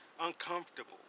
uncomfortable